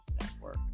Network